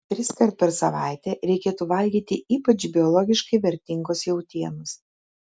triskart per savaitę reikėtų valgyti ypač biologiškai vertingos jautienos